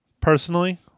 personally